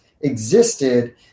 existed